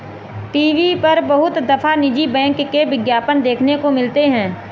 TV पर बहुत दफा निजी बैंक के विज्ञापन देखने को मिलते हैं